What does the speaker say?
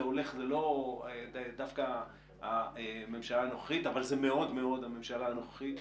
זה הולך וזה לא דווקא הממשלה הנוכחית אבל זה מאוד מאוד הממשלה הנוכחית,